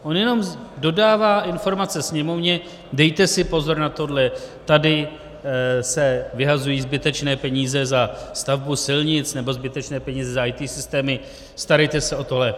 On jenom dodává informace Sněmovně: dejte si pozor na tohle, tady se vyhazují zbytečné peníze za stavbu silnic nebo zbytečné peníze za IT systémy, starejte se o to lépe.